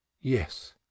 yes